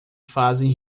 fazem